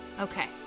Okay